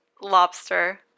lobster